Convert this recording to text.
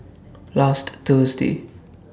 last Thursday